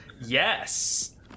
Yes